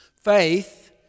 Faith